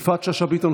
יפעת שאשא ביטון,